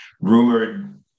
rumored